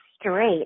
straight